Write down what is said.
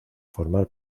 formar